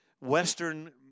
Western